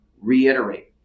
reiterate